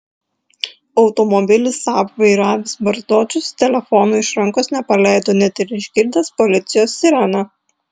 automobilį saab vairavęs barzdočius telefono iš rankos nepaleido net ir išgirdęs policijos sireną